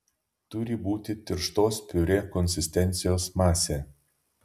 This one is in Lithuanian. turi būti tirštos piurė konsistencijos masė